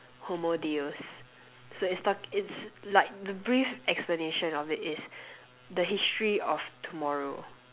homo deus so it sta~ it's like the brief explanation of it is the history of tomorrow